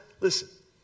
listen